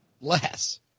Less